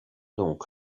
donc